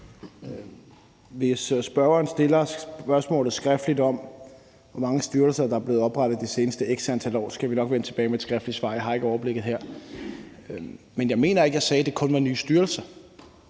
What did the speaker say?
Hvis spørgeren stiller spørgsmålet om, hvor mange styrelser der er blevet oprettet de seneste x antal år, skriftligt, så skal vi nok vende tilbage med et skriftligt svar. Jeg har ikke overblikket over det her. Men jeg mener ikke, at jeg sagde, at det kun var nye styrelser,